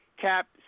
Cap